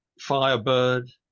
Firebird